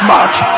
March